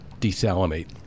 desalinate